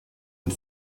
and